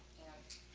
and